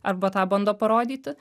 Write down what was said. arba tą bando parodyti